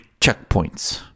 checkpoints